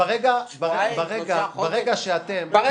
שבועיים?